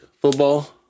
football